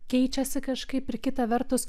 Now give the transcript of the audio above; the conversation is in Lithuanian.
keičiasi kažkaip ir kita vertus